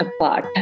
apart